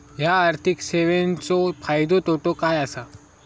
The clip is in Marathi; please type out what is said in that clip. हया आर्थिक सेवेंचो फायदो तोटो काय आसा?